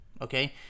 okay